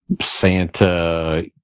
santa